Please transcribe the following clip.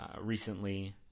recently